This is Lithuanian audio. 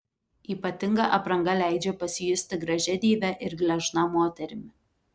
ypatinga apranga leidžia pasijusti gražia deive ir gležna moterimi